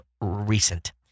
recent